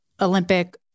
Olympic